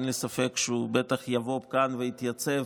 אין לי ספק שהוא בטח יגיע לכאן ויתייצב,